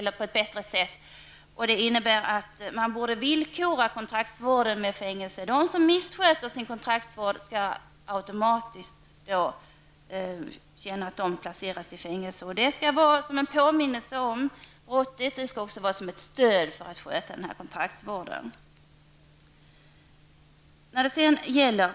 Det innebär att kontraktsvård borde villkoras med fängelse. Den som missköter sin kontraktsvård skall automatiskt finna sig i att bli placerad i fängelse. Fängelse skall vara en påminnelse om brottet och också fungera som stöd vid kontraktsvård.